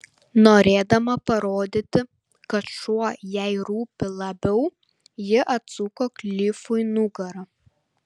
norėdama parodyti kad šuo jai rūpi labiau ji atsuko klifui nugarą